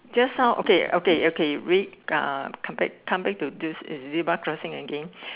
just now okay okay okay wait uh come but to this zebra crossing again